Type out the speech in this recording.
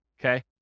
okay